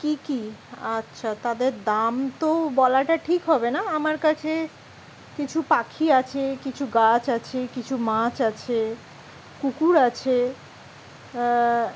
কী কী আচ্ছা তাদের দাম তো বলাটা ঠিক হবে না আমার কাছে কিছু পাখি আছে কিছু গাছ আছে কিছু মাছ আছে কুকুর আছে